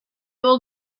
will